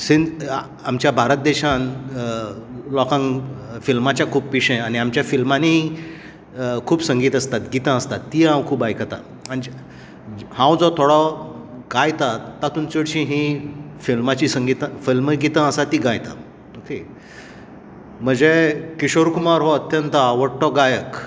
आमच्या भारत देशान लोकांक फिल्माचें खूब पिशें आनी आमच्या फिल्मांनी खूब संगीत आसतां गीतां आसतां ती बां खब आयकातां हांव जो थोडो गायतां तातुंत चडशी हीं फिल्मांची संगीता फिल्म गीता आसा ती गायतात ओके म्हजे किशोर कुमार हो अत्यंत आवडटो गायक